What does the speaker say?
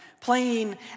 playing